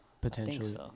potentially